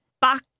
back